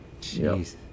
Jeez